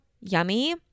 yummy